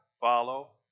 follow